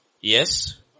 Yes